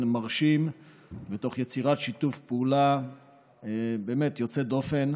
מרשים ותוך יצירת שיתוף פעולה באמת יוצא דופן,